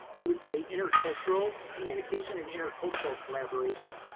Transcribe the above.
we would say intercultural, communication and intercultural collaboration,